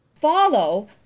follow